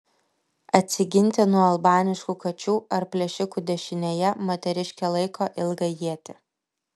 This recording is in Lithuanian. atsiginti nuo albaniškų kačių ar plėšikų dešinėje moteriškė laiko ilgą ietį